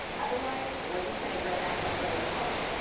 otherwise, we're just gonna grow that much further apart.